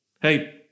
Hey